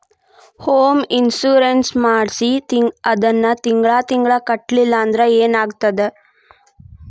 Home insurance ಮಾಡ್ಸಿ ಅದನ್ನ ತಿಂಗ್ಳಾ ತಿಂಗ್ಳಾ ಕಟ್ಲಿಲ್ಲಾಂದ್ರ ಏನಾಗ್ತದ?